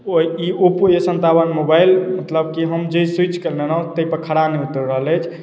ई Oppo S सन्तावन mobile मतलब की हम जे सोचि कऽ लेलहुॅं ताहि पर खड़ा नहि उतरि रहल अछि